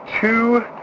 two